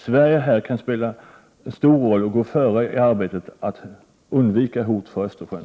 Sverige kan här spela en stor roll och gå före i arbetet att undvika hot mot Östersjön.